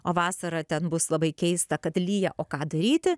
o vasarą ten bus labai keista kad lyja o ką daryti